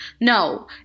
No